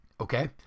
Okay